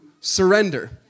Surrender